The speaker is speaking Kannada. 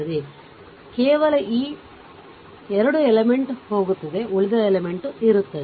ಆದ್ದರಿಂದ ಕೇವಲ ಈ 2 ಎಲಿಮೆಂಟ್ಸ್ ಹೋಗುತ್ತದೆ ಉಳಿದ ಎಲಿಮೆಂಟ್ಸ್ ಇರುತ್ತದೆ